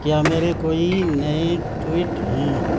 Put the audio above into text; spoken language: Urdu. کیا میرے کوئی نئے ٹوئیٹ ہیں